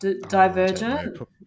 Divergent